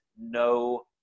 no